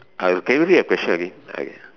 I will you repeat your question again okay